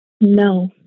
No